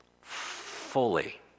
fully